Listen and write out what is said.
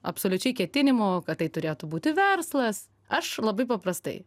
absoliučiai ketinimų kad tai turėtų būti verslas aš labai paprastai